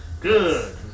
Good